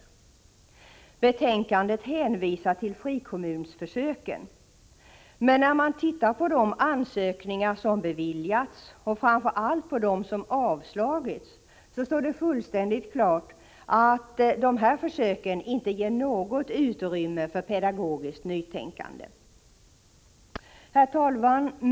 I betänkandet hänvisas till ffrikommunsförsöken, men när man ser på de ansökningar som har beviljats och framför allt på dem som har avslagits, står det fullständigt klart att dessa försök inte ger något utrymme för pedagogiskt nytänkande. Herr talman!